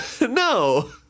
no